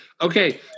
Okay